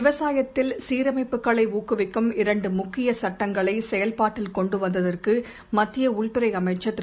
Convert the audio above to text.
விவசாயத்தில் சீரமைப்புகளைஊக்குவிக்கும் இரண்டுமுக்கியசட்டங்களைசெயல்பாட்டில் கொண்டுவந்ததற்குமத்தியஉள்துறைஅமைச்சர் திரு